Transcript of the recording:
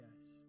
yes